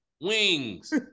wings